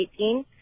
2018